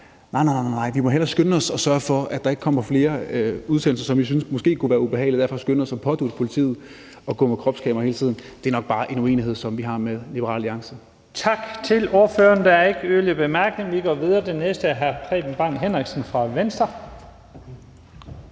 Uha, nej, nej, vi må hellere skynde os at sørge for, at der ikke kommer flere udtalelser, som vi måske synes kunne være ubehagelige, og vi må derfor skynde os at pådutte politiet at gå med kropskameraer hele tiden? Det er nok bare en uenighed, som vi har med Liberal Alliance. Kl. 15:14 Første næstformand (Leif Lahn Jensen): Tak til ordføreren. Der er ikke yderligere korte bemærkninger. Vi går videre. Den næste er hr. Preben Bang Henriksen fra Venstre.